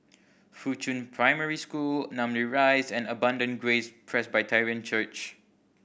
Fuchun Primary School Namly Rise and Abundant Grace Presbyterian Church